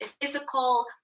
physical